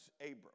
Abram